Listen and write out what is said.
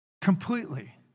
completely